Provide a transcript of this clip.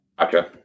Okay